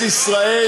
ליואל חסון?